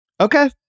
Okay